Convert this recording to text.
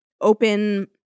open